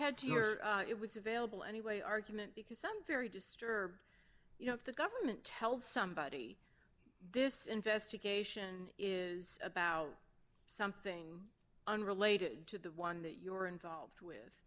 hear it was available anyway argument because some very disturbed you know if the government tells somebody this investigation is about something unrelated to the one that you were involved with